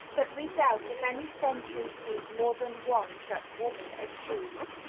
but we doubt if any century sees more than one such woman as she is.